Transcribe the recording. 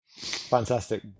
Fantastic